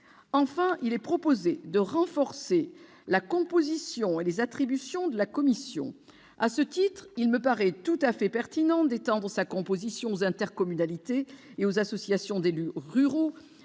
induites. Il est proposé de renforcer la composition et les attributions de la Commission. À ce titre, il me paraît tout à fait pertinent d'étendre sa composition aux intercommunalités et aux associations d'élus ruraux,